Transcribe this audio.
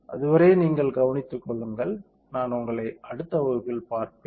அதுவரை நீங்கள் கவனித்துக் கொள்ளுங்கள் நான் உங்களை அடுத்த வகுப்பில் பார்ப்பேன்